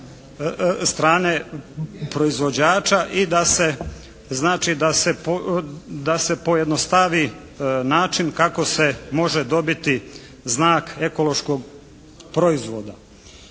strane proizvođača i da se znači da se pojednostavi način kako se može dobiti znak ekološkog proizvoda.